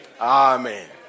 Amen